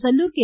Sellur K